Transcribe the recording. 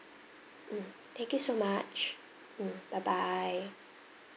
mm thank you so much mm bye bye